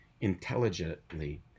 intelligently